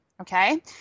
okay